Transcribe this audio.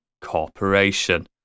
corporation